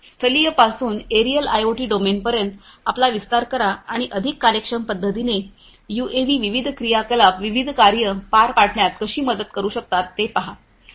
स्थलिय पासून aerial IoT डोमेनपर्यंत आपला विस्तार करा आणि अधिक कार्यक्षम पद्धतीने यूएव्ही विविध क्रियाकलाप विविध कार्ये पार पाडण्यात कशी मदत करू शकतात ते पहा